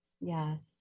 Yes